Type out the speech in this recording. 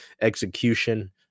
execution